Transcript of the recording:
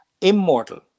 immortal